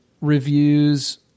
reviews